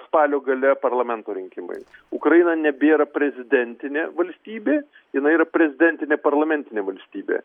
spalio gale parlamento rinkimai ukraina nebėra prezidentinė valstybė jinai yra prezidentinė parlamentinė valstybė